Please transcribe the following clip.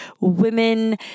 women